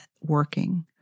working